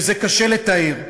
שזה קשה לתאר.